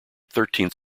thirteenth